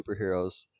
superheroes